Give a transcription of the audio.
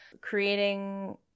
creating